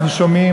אנחנו שומעים,